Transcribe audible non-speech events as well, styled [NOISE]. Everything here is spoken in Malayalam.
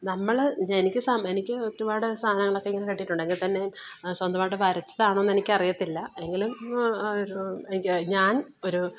നമ്മൾ എനിക്ക് സ എനിക്ക് ഒരുപാട് സാധനങ്ങളൊക്കെ ഇങ്ങനെ കിട്ടിയിട്ടുണ്ട് എങ്കിൽത്തന്നെയും സ്വന്തമായിട്ട് വരച്ചതാണോയെന്നു എനിക്ക് അറിയത്തില്ല എങ്കിലും [UNINTELLIGIBLE] ഞാൻ ഒരു